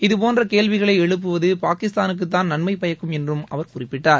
இதபோன்ற கேள்விகளை எழுப்புவது பாகிஸ்தானுக்குதான் நன்மை பயக்கும் என்றம் அவர் குறிப்பிட்டார்